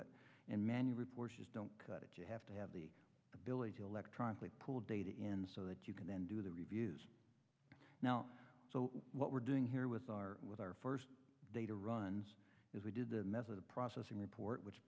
it and man your reports just don't cut it you have to have the ability to electronically pull data in so that you can then do the reviews now so what we're doing here with our with our first data runs is we do the method of processing report which